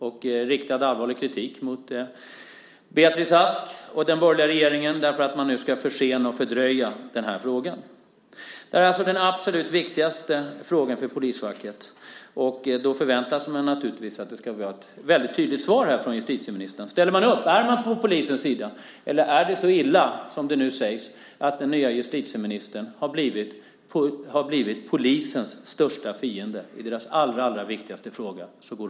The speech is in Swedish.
Där riktar man allvarlig kritik mot Beatrice Ask och den borgerliga regeringen därför att man nu ska försena och fördröja frågan. Det här är alltså den absolut viktigaste frågan för polisfacket, och därför förväntar man sig ett tydligt svar från justitieministern. Ställer man upp? Är man på polisens sida? Eller är det så illa som det nu sägs - att den nya justitieministern har blivit polisens största fiende? Går hon emot polisen i dess allra, allra viktigaste fråga?